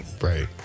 Right